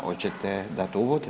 Hoćete dati uvod?